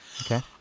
okay